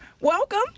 Welcome